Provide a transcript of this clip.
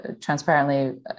transparently